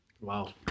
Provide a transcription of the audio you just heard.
Wow